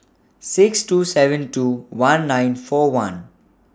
six two seven two one nine four one